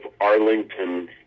Arlington